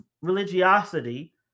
religiosity